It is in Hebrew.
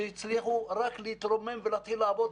שהצליחו רק להתרומם ולהתחיל לעבוד,